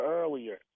earlier